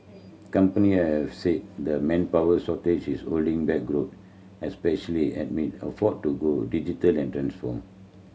company have said the manpower shortage is holding back growth especially amid effort to go digital and transform